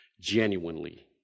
genuinely